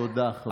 תודה רבה.